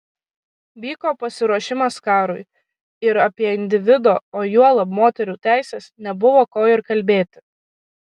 vyko pasiruošimas karui ir apie individo o juolab moterų teises nebuvo ko ir kalbėti